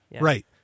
right